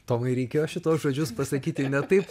tomai reikėjo šituos žodžius pasakyti ne taip